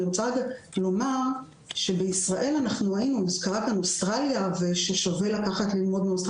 אני רוצה לומר שבישראל מוזכרת אוסטרליה ששווה להסתכל וללמוד ממנה,